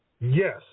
Yes